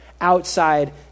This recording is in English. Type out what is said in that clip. outside